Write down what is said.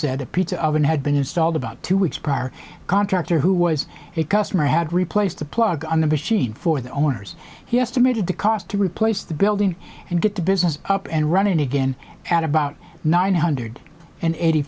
the pizza oven had been installed about two weeks prior a contractor who was a customer had replaced the plug on the machine for the owners he estimated to cost to replace the building and get the business up and running again at about nine hundred and eighty